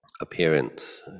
appearance